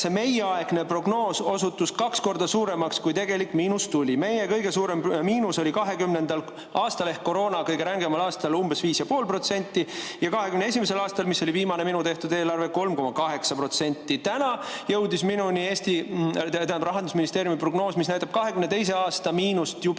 et meieaegne prognoos osutus kaks korda suuremaks, kui tuli tegelik miinus. Meie kõige suurem miinus oli 2020. aastal ehk koroona kõige rängemal aastal – umbes 5,5%. Ja 2021. aastal, mille kohta oli viimane minu tehtud eelarve, oli see 3,8%. Täna jõudis minuni Rahandusministeeriumi prognoos, mis näitab 2022. aasta miinust juba